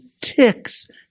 ticks